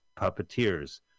puppeteers